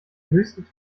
höchsten